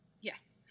Yes